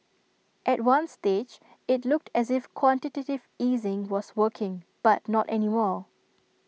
at one stage IT looked as if quantitative easing was working but not any more